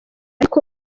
ariko